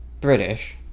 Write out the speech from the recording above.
British